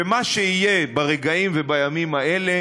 ומה שיהיה ברגעים ובימים האלה,